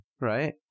Right